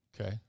okay